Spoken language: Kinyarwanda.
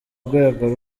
rwego